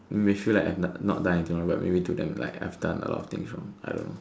may feel like I have not done anything wrong but to them I may have done a lot of things wrong